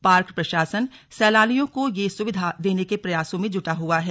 park प्रशासन सैलानियों को यह सुविधा देने के प्रयासों में जुटा हुआ है